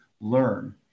learn